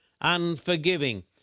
unforgiving